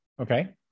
Okay